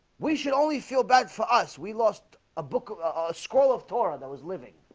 we should only feel bad for us we lost a book scroll of torah that was living